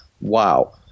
wow